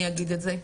אני אגיד את זה,